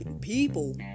people